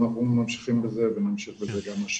אנחנו נמשיך בזה גם השנה.